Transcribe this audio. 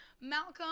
Malcolm